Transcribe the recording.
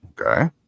Okay